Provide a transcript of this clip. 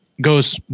goes